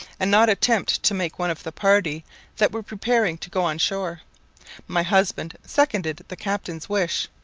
and not attempt to make one of the party that were preparing to go on shore my husband seconded the captain's wish,